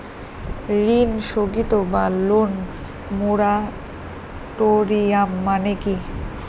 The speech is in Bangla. ঋণ স্থগিত বা লোন মোরাটোরিয়াম মানে কি?